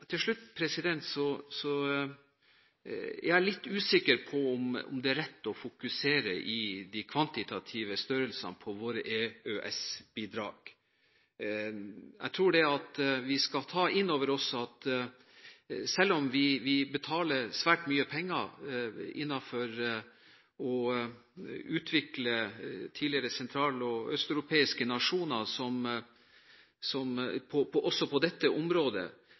Til slutt: Jeg er litt usikker på om det er rett å fokusere på de kvantitative størrelsene på våre EØS-bidrag. Jeg tror vi skal ta inn over oss at selv om vi betaler svært mye penger for å utvikle tidligere sentral- og østeuropeiske nasjoner også på dette området, skal vi ikke glemme det forholdet at dette